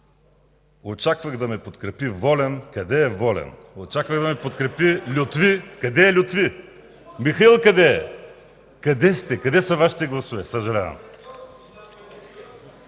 Очаквах да ме подкрепи Волен. Къде е Волен? (Оживление.) Очаквах да ме подкрепи Лютви. Къде е Лютви? Михаил къде е? Къде сте? Къде са Вашите гласове? Съжалявам.